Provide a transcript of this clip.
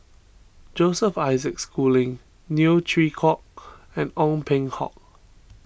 Joseph Isaac Schooling Neo Chwee Kok and Ong Peng Hock